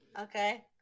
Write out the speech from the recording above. Okay